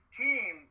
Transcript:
team